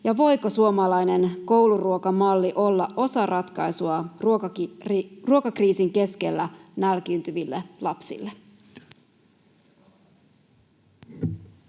Ja voiko suomalainen kouluruokamalli olla osa ratkaisua ruokakriisin keskellä nälkiintyville lapsille? [Speech